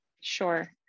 sure